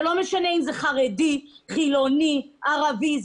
זה לא משנה אם זה חרדי, חילוני, ערבי.